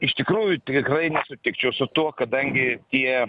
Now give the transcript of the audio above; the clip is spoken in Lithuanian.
iš tikrųjų tikrai nesutikčiau su tuo kadangi tie